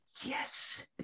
yes